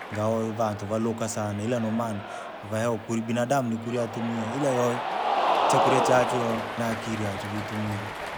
Ngao vantu vaa luka sana ila ndomaana, ukahewa ukuri binadamu ni kurya atumie ila yoyo. chakura chawe, naakiri yachwe yookiitumia.